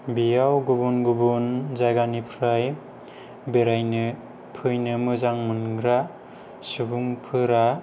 बेयाव गुबुन गुबुन जायगानिफ्राय बेरायनो फैनो मोजां मोनग्रा सुबुंफोरा